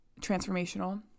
transformational